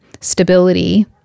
stability